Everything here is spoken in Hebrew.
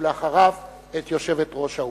ולאחריו את יושבת-ראש האופוזיציה.